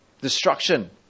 destruction